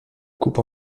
coupe